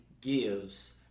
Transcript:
gives